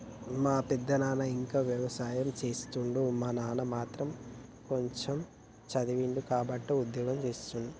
మా పెదనాన ఇంకా వ్యవసాయం చేస్తుండు మా నాన్న మాత్రం కొంచెమ్ చదివిండు కాబట్టే ఉద్యోగం చేస్తుండు